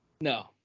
No